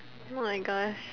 oh-my-Gosh